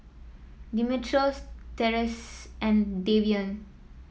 Dimitrios Therese and Davion